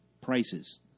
prices